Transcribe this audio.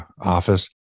office